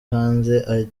hanze